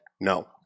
no